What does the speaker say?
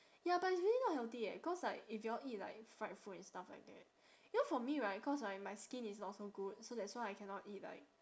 ya but it's really not healthy eh cause like if you all eat like fried food and stuff like that you know for me right cause right my skin is not so good so that's why I cannot eat like